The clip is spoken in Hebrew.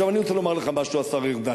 אני רוצה לומר לך משהו, השר ארדן.